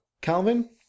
Calvin